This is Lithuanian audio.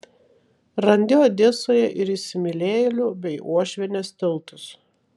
randi odesoje ir įsimylėjėlių bei uošvienės tiltus